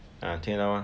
ah 听得到 mah 对当天要大